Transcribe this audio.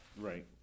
Right